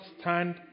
stand